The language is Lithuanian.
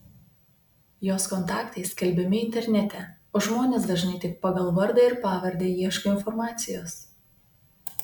jos kontaktai skelbiami internete o žmonės dažnai tik pagal vardą ir pavardę ieško informacijos